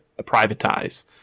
privatize